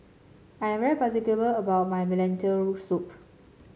I'm particular about my Lentil Soup